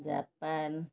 Japan